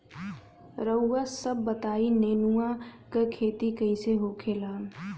रउआ सभ बताई नेनुआ क खेती कईसे होखेला?